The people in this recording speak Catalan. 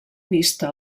vista